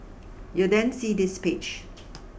you'll then see this page